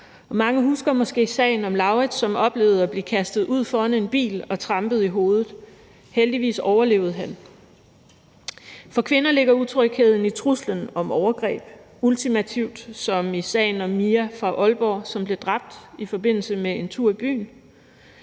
mange husker måske sagen om Lauritz, som oplevede at blive kastet ud foran en bil og trampet i hovedet. Heldigvis overlevede han. For kvinder ligger utrygheden i truslen om overgreb; ultimativt som i sagen om Mia fra Aalborg, der blev dræbt i forbindelse med en tur i byen.